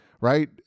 right